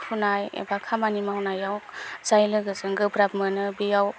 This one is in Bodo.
फुनाय एबा खामानि मावनायाव जाय लोगोजों गोब्राब मोनो बेयाव